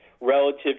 relative